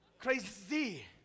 Crazy